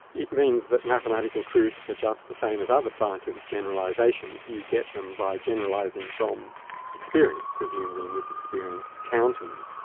it means that mathematical truths are just the same as other scientific generalisations. you get them by generalising from experience, presumably in this experience, counting.